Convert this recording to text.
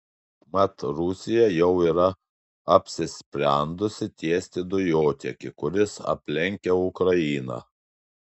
mat rusija jau yra apsisprendusi tiesti dujotiekį kuris aplenkia ukrainą